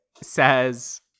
says